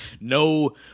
no